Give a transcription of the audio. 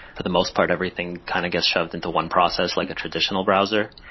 for the most part, everything kind of gets shoved into one process like a traditional browser.